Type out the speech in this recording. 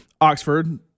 oxford